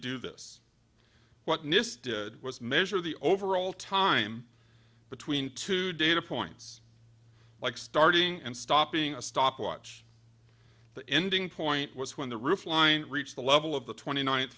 do this what nist did was measure the overall time between two data points like starting and stopping a stopwatch the ending point was when the roof line reached the level of the twenty ninth